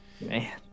Man